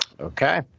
Okay